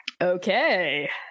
Okay